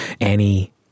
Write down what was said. Annie